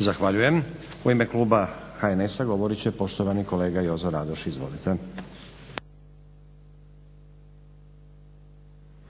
Zahvaljujem. U ime kluba HNS-a govorit će poštovani kolega Jozo Radoš. Izvolite. **Radoš, Jozo (HNS)**